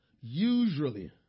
usually